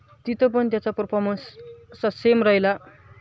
तिथं पण त्याचा परफॉर्मन्स असा सेम राहिला